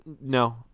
No